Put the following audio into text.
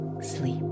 sleep